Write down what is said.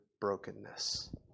brokenness